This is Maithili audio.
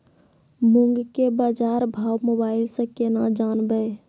मूंग के बाजार भाव मोबाइल से के ना जान ब?